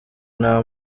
nta